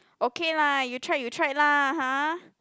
okay lah you tried you tried lah ha